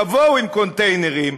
תבואו עם קונטיינרים,